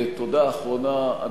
ותודה אחרונה,